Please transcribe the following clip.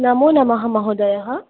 नमो नमः महोदय